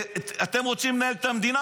אתם רוצים לנהל את המדינה?